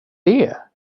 det